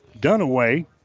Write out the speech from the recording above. Dunaway